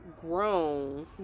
grown